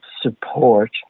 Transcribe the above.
support